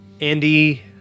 Andy